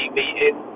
meeting